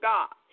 God